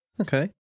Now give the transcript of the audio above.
Okay